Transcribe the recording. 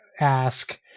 ask